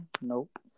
Nope